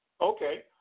Okay